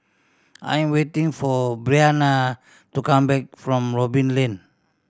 I am waiting for Briana to come back from Robin Lane